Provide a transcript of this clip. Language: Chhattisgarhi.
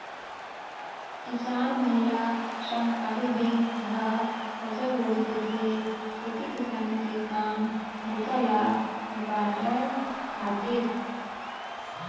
किसान मन ल सहकारी बेंक ह करजा बोड़ी देथे, खेती किसानी के काम बूता ल निपाटय खातिर